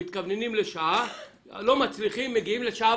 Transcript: מתכווננים לשעה; לא מצליחים מגיעים לשעה